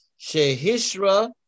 Shehishra